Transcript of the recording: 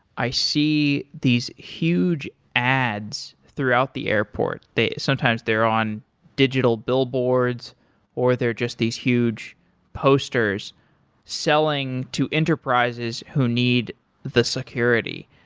i see these huge ads throughout the airport. sometimes they're on digital billboards or they're just these huge posters selling to enterprises who need the security.